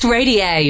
Radio